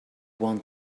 want